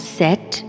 set